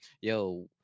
Yo